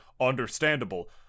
Understandable